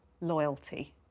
loyalty